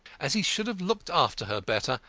as he should have looked after her better,